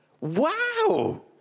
wow